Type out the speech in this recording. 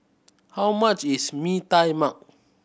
how much is Mee Tai Mak